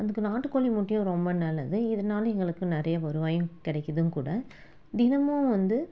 அதுக்கு நாட்டு கோழி முட்டையும் ரொம்ப நல்லது இதனால எங்களுக்கு நிறைய வருவாயும் கிடைக்கிதும் கூட தினமும் வந்து